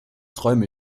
träume